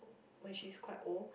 when she's quite old